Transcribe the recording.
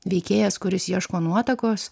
veikėjas kuris ieško nuotakos